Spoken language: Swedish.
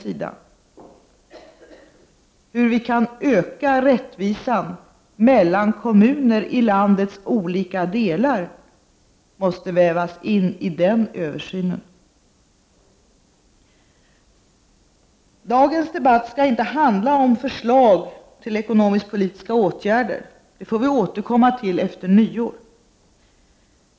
Frågan om hur vi kan öka rättvisan mellan kommuner i landets olika delar måste vävas in i den översynen. Dagens debatt skall inte handla om förslag till ekonomisk-politiska åtgärder. Det får vi återkomma till efter nyår.